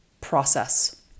process